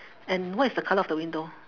and what is the colour of the window